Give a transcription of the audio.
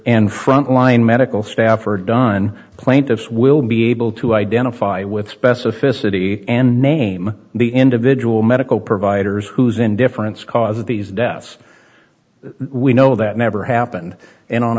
and front line medical staff are done plaintiffs will be able to identify with specificity and name the individual medical providers whose indifference causes these deaths we know that never happened and on